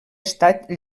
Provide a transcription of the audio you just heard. estat